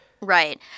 right